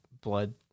blood